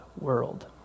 world